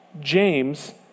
James